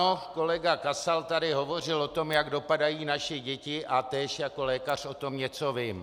Ano, kolega Kasal tady hovořil o tom, jak dopadají naše děti, a též jako lékař o tom něco vím.